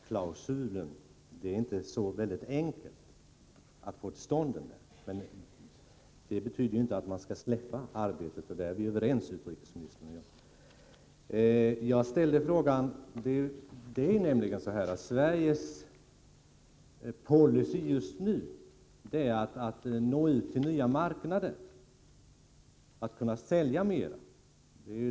Herr talman! Jag är medveten om att det inte är så enkelt att få till stånd en sådan här socialklausul. Men det betyder inte att man skall upphöra med ansträngningarna — därvidlag är utrikesministern och jag överens. Sveriges policy just nu är ju att nå ut till nya marknader, att kunna sälja mera.